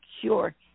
cure